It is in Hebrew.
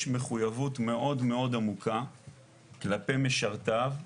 מחויבות מאוד מאוד עמוקה כלפי משרתיו,